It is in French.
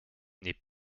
n’est